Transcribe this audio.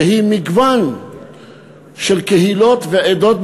שהיא מגוון של קהילות ועדות,